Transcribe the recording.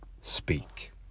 speak